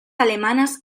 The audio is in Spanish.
alemanas